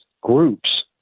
groups